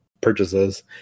purchases